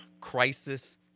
Crisis